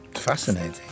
Fascinating